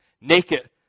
Naked